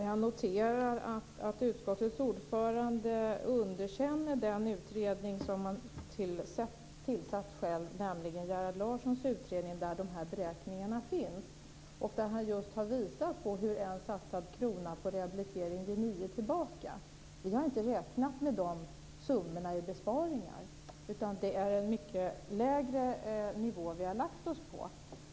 Fru talman! Jag noterar att utskottets ordförande underkänner den utredning som regeringen själv har tillsatt, nämligen Gerhard Larssons utredning där de här beräkningarna finns. Han har just visat på hur en satsad krona på rehabilitering ger nio kronor tillbaka. Vi har inte räknat med dessa summor i besparingar, utan vi har lagt oss på en mycket lägre nivå.